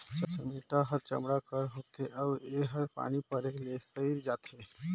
चमेटा हर चमड़ा कर होथे अउ एहर पानी परे ले सइर जाथे